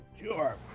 Sure